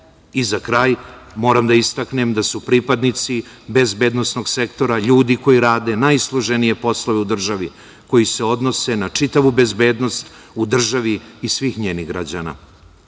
kraj moram da istaknem da su pripadnici bezbednosnog sektora ljudi koji rade najsloženije poslove u državi, koji se odnose na čitavu bezbednost u državi i svih njenih građana.